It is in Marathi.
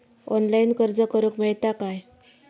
ऑनलाईन अर्ज करूक मेलता काय?